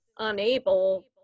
unable